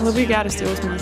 labai geras jausmas